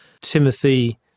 Timothy